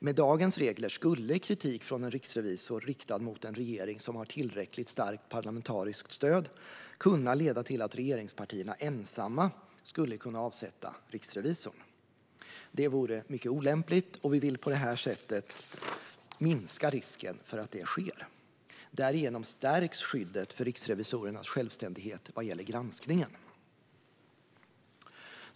Med dagens regler skulle kritik från en riksrevisor riktad mot en regering som har tillräckligt parlamentariskt stöd kunna leda till att regeringspartierna ensamma skulle kunna avsätta riksrevisorn. Det vore mycket olämpligt, och vi vill på det här sättet minska risken för att detta sker. Därigenom stärks skyddet för riksrevisorernas självständighet vad gäller granskningen.